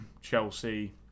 Chelsea